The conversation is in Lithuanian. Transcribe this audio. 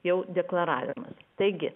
jau deklaravimas taigi